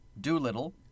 Doolittle